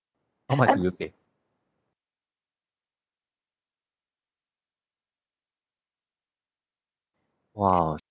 how much is the ticket !wow!